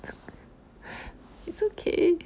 it's okay